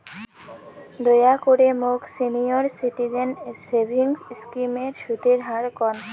দয়া করে মোক সিনিয়র সিটিজেন সেভিংস স্কিমের সুদের হার কন